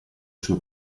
sue